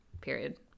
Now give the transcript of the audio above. Period